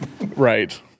Right